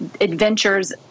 adventures